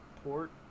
port